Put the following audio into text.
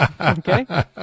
Okay